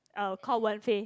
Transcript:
uh called Wen Fei